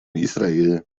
israel